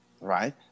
right